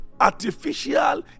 artificial